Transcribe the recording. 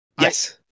Yes